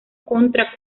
contra